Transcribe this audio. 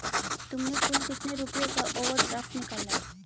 तुमने कुल कितने रुपयों का ओवर ड्राफ्ट निकाला है?